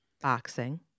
Boxing